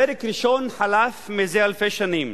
פרק ראשון חלף לפני אלפי שנים,